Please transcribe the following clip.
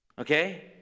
Okay